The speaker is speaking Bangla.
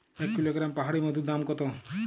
এক কিলোগ্রাম পাহাড়ী মধুর দাম কত?